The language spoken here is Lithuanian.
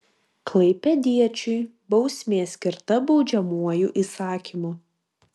klaipėdiečiui bausmė skirta baudžiamuoju įsakymu